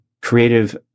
creative